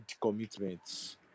commitments